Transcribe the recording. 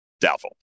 Doubtful